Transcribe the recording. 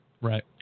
Right